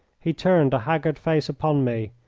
he turned a haggard face upon me,